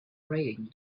praying